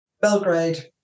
Belgrade